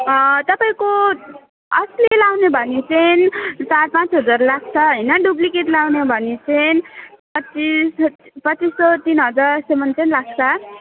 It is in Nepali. तपाईँको असली लाउने भने चाहिँ चार पाँच हजार लाग्छ हैन डुप्लिकेट लाउने हो भने चाहिँ पच्चिस पच्चिस सौ तिन हजारसम्मन् चाहिँ लाग्छ